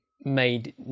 made